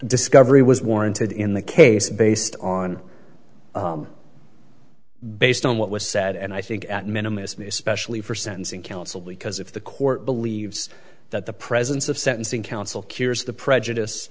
discovery was warranted in the case based on based on what was said and i think at minimum is me especially for sentencing counsel because if the court believes that the presence of sentencing counsel cures the prejudice